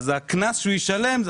הקנס שהוא ישלם,